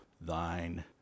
thine